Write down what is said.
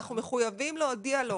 אנחנו מחויבים להודיע לו.